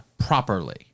properly